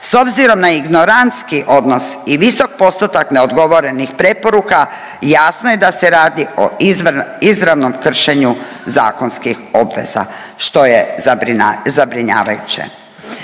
S obzirom na ignorantski odnos i visok postotak neodgovorenih preporuka jasno je da se radi o izravnom kršenju zakonskih obveza što je zabrinjavajuće.